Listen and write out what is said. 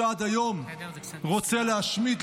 שעד היום רוצה להשמיד,